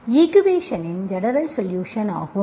ஈக்குவேஷன்ஸ்இன் general solution ஆகும்